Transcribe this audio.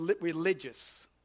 religious